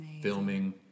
filming